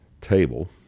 table